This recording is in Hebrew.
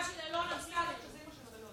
לקהילה לא נכונה, בצבע לא נכון.